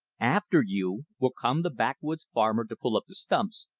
after you will come the backwoods farmer to pull up the stumps,